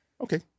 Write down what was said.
Okay